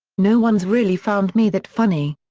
no one's really found me that funny.